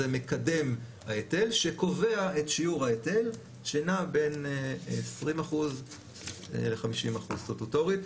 זה מקדם ההיטל שקובע את שיעור ההיטל שנע בין 20% ל-50% סטטוטורית.